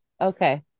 Okay